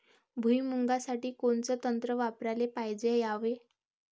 भुइमुगा साठी कोनचं तंत्र वापराले पायजे यावे?